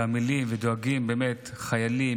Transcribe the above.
עמלים ובאמת דואגים לחיילים,